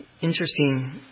Interesting